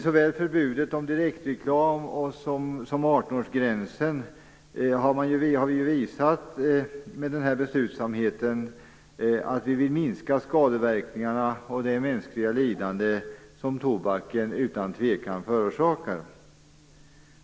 Såväl förbudet mot direktreklam som 18-årsgränsen har visat vår beslutsamhet i fråga om att vilja minska skadeverkningarna och det mänskliga lidande som tobaken utan tvivel förorsakar.